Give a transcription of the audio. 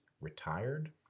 retired